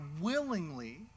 willingly